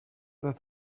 that